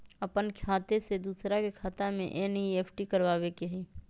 अपन खाते से दूसरा के खाता में एन.ई.एफ.टी करवावे के हई?